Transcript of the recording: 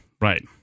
Right